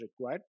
required